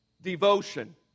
Devotion